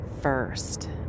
first